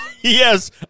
Yes